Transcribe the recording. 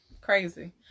crazy